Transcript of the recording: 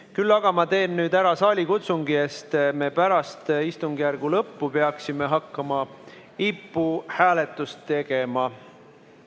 Küll aga teen ma ära saalikutsungi, sest pärast istungi lõppu me peaksime hakkama IPU hääletust tegema.